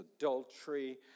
adultery